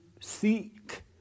seek